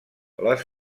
les